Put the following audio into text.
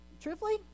truthfully